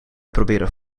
proberen